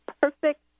perfect